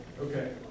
Okay